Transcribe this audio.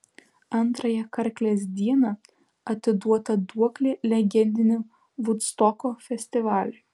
antrąją karklės dieną atiduota duoklė legendiniam vudstoko festivaliui